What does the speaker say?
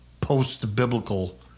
post-biblical